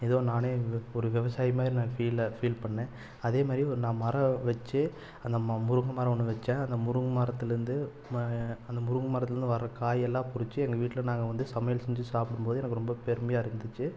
எதோ நானே ஒரு ஒரு விவசாயி மாதிரி நான் ஃபீலாக ஃபீல் பண்ணேன் அதே மாதிரி ஒரு நான் மரம் வச்சு அந்த ம முருங்கை மரம் ஒன்று வச்சேன் அந்த முருங்கை மரத்துலேருந்து ம அந்த முருங்கை மரத்துலேருந்து வர காய் எல்லாம் பிடிச்சி எங்கள் வீட்டில் நாங்கள் வந்து சமையல் செஞ்சு சாப்பிடும்போது எனக்கு ரொம்ப பெருமையாக இருந்துச்சு